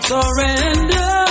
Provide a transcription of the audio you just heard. Surrender